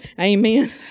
Amen